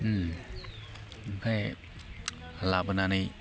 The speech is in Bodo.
ओमफाय लाबोनानै